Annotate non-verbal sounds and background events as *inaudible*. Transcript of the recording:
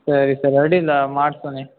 ಸರಿ ಸರ್ ಅಡ್ಡಿಲ್ಲ ಮಾಡಿ *unintelligible*